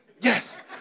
Yes